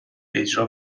اجرا